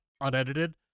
unedited